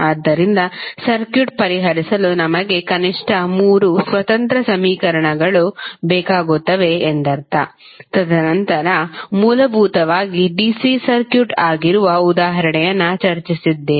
ಆದ್ದರಿಂದ ಸರ್ಕ್ಯೂಟ್ ಪರಿಹರಿಸಲು ನಮಗೆ ಕನಿಷ್ಠ ಮೂರು ಸ್ವತಂತ್ರ ಸಮೀಕರಣಗಳು ಬೇಕಾಗುತ್ತವೆ ಎಂದರ್ಥ ತದನಂತರ ಮೂಲಭೂತವಾಗಿ DC ಸರ್ಕ್ಯೂಟ್ ಆಗಿರುವ ಉದಾಹರಣೆಯನ್ನು ಚರ್ಚಿಸಿದ್ದೇವೆ